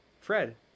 fred